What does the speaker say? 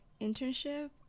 internship